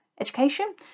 education